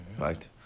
Right